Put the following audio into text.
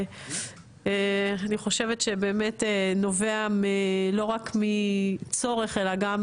ונובע לא רק מצורך אלא גם